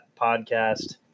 podcast